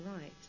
right